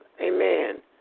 amen